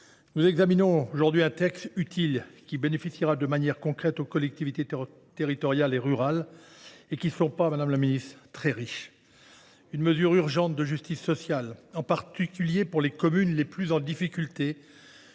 Nous examinons aujourd’hui un texte utile, qui bénéficiera de manière concrète aux collectivités territoriales rurales, lesquelles ne sont pas très riches, madame la ministre. C’est vrai ! C’est une mesure urgente de justice sociale, en particulier pour les communes les plus en difficulté.